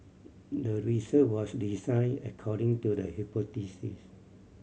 the research was designed according to the hypothesis